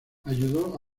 ayudó